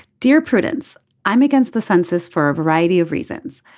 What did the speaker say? dear prudence i'm against the census for a variety of reasons.